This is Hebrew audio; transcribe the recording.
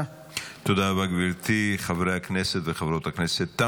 הודעה למזכירת הכנסת.